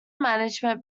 management